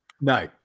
No